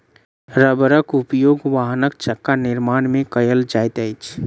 रबड़क उपयोग वाहनक चक्का निर्माण में कयल जाइत अछि